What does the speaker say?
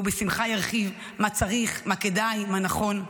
והוא בשמחה ירחיב מה צריך, מה כדאי, מה נכון.